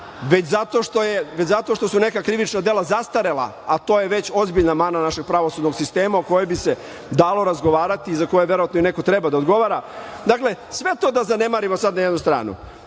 već zato što su neka krivična dela zastarela, a to je već ozbiljna mana našeg pravosudnog sistema, o kojoj bi se dalo razgovarati, za koje i verovatno i neko treba da odgovara. Dakle, sve to da zanemarimo sada na jednu stranu.